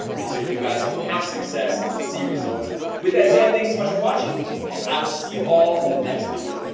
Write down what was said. and so you guys can have success and see results with that said thanks so much for watching and i will see you all in the next video